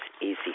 easy